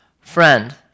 Friend